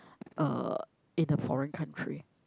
uh in a foreign country